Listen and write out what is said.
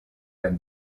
ein